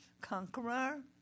conqueror